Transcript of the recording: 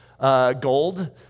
gold